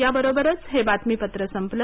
या बरोबरच हे बातमीपत्र संपलं